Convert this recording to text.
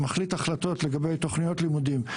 שמחליט החלטות לגבי תוכניות לימודים,